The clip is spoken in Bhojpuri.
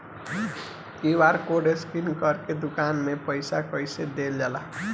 क्यू.आर कोड स्कैन करके दुकान में पईसा कइसे देल जाला?